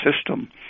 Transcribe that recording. system